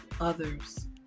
others